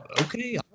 okay